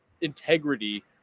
integrity